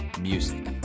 music